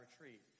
retreat